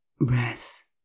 breath